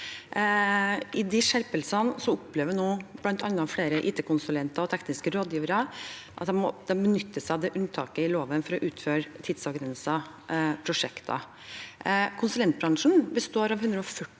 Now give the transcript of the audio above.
de skjerpelsene opplever nå bl.a. flere IT-konsulenter og tekniske rådgivere at de benytter seg av det unntaket i loven for å utføre tidsavgrensede prosjekter. Konsulentbransjen består av 140